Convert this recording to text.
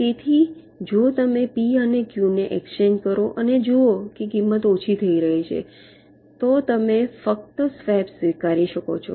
તેથી જો તમે પી અને ક્યૂ ને એક્સચેન્જ કરો અને જુઓ કે કિંમત ઓછી થઈ રહી છે તો તમે ફક્ત સ્વેપ સ્વીકારી શકો છો